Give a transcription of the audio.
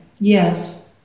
Yes